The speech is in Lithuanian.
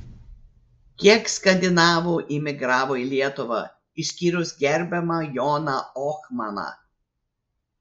kiek skandinavų imigravo į lietuvą išskyrus gerbiamą joną ohmaną